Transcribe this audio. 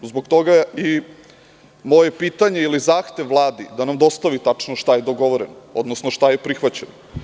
Zbog toga i moje pitanje ili zahtev Vladi da nam dostavi tačno šta je dogovoreno, odnosno šta je prihvaćeno.